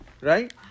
right